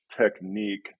technique